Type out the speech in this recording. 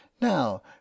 now